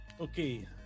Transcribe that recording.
Okay